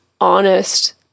honest